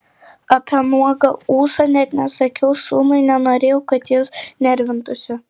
apie nuogą ūsą net nesakiau sūnui nenorėjau kad jis nervintųsi